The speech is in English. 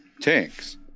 tanks